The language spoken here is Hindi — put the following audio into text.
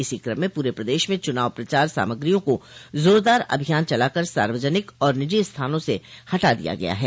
इसी कम में पूरे प्रदेश में चुनाव प्रचार सामग्रियों को जोरदार अभियान चलाकर सार्वजनिक और निजी स्थानों से हटा दिया गया है